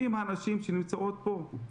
ואם הנשים שנמצאות פה,